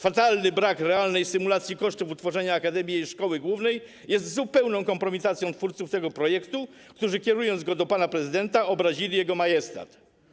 Fatalny brak realnej symulacji kosztów utworzenia akademii i jej szkoły głównej jest zupełną kompromitacją twórców tego projektu, którzy kierując go do pana prezydenta, obrazili jego majestat.